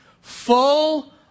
Full